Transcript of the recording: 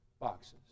boxes